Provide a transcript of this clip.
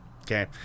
Okay